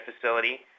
facility